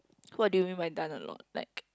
what do you mean by die alone like